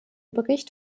bericht